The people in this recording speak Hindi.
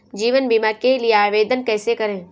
जीवन बीमा के लिए आवेदन कैसे करें?